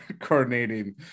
coordinating